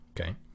Okay